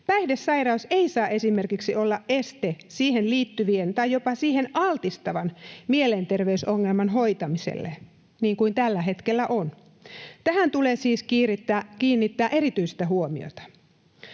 Päihdesairaus esimerkiksi ei saa olla este siihen liittyvän tai jopa siihen altistavan mielenterveysongelman hoitamiselle, niin kuin tällä hetkellä on. Tähän tulee siis kiinnittää erityistä huomiota.